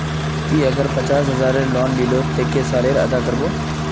ती अगर पचास हजारेर लोन लिलो ते कै साले अदा कर बो?